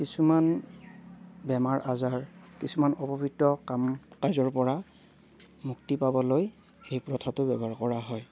কিছুমান বেমাৰ আজাৰ কিছুমান অপবিত্ৰ কাম কাজৰ পৰা মুক্তি পাবলৈ এই প্ৰথাটো ব্যৱহাৰ কৰা হয়